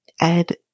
Ed